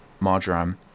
marjoram